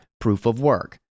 proof-of-work